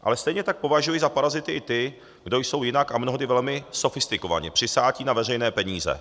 Ale stejně tak považuji za parazity i ty, kdo jsou jinak a mnohdy velmi sofistikovaně přisáti na veřejné peníze.